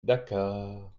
d’accord